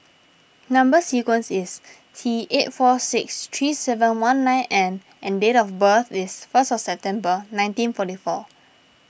Number Sequence is T eight four six three seven one nine N and date of birth is first of December nineteen forty four